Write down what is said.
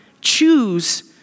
Choose